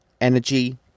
energy